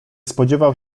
spodziewał